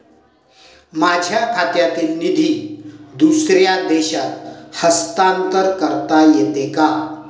माझ्या खात्यातील निधी दुसऱ्या देशात हस्तांतर करता येते का?